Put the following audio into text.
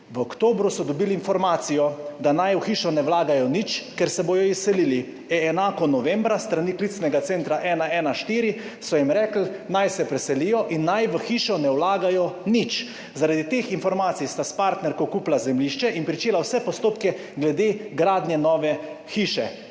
V oktobru so dobili informacijo, da naj v hišo ne vlagajo nič, ker se bodo izselili, enako novembra, s strani klicnega centra 114 so jim rekli, naj se preselijo in naj v hišo ne vlagajo nič. Zaradi teh informacij sta s partnerko kupila zemljišče in pričela vse postopke glede gradnje nove hiše.